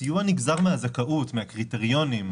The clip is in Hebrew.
הסיוע נגזר מהזכאות, מהקריטריונים.